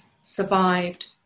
survived